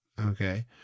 Okay